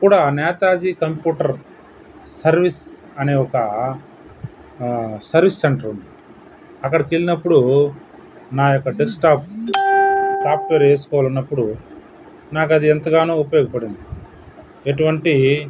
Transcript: కూడా Netaji computer service అనే ఒక సర్వీస్ సెంటర్ ఉంది అక్కడికి వెళ్ళినప్పుడు నా యొక్క డెస్క్టాప్ సాఫ్ట్వేర్ వేసుకోవాలన్నప్పుడు నాకది ఎంతగానో ఉపయోగపడింది ఎటువంటి